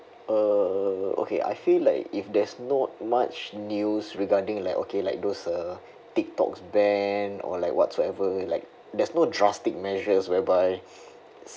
uh okay I feel like if there's not much news regarding like okay like those uh tik toks ban or like whatsoever like there's no drastic measures whereby